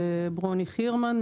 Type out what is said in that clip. שמי ברוני חירמן,